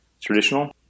traditional